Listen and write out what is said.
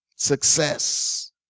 Success